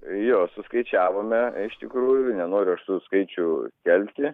jo suskaičiavome iš tikrųjų nenoriu aš tų skaičių kelti